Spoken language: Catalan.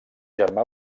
germà